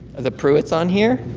the pruitts on here?